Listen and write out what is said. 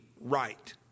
right